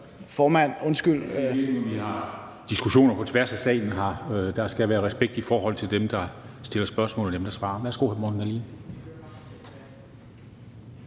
der er diskussioner på tværs af salen, men der skal være respekt over for dem, der stiller spørgsmål, og dem, der svarer.